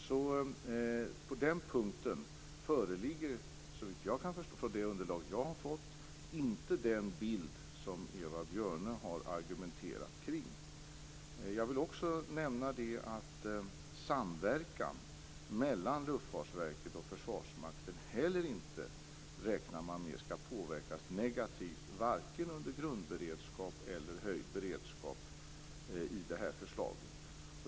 Enligt det underlag som jag har fått föreligger inte den bild som Eva Björne har argumenterat kring. Jag vill också nämna att man i detta förslag inte heller räknar med att samverkan mellan Luftfartsverket och Försvarsmakten skall påverkas negativt, vare sig under grundberedskap eller höjd beredskap.